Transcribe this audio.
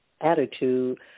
attitude